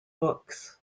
books